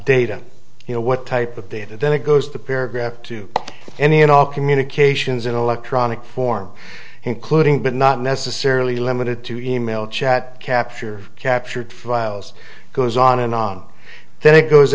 data you know what type of data then it goes to paragraph to any and all communications in electronic form including but not necessarily limited to e mail chat capture captured files goes on and on then it goes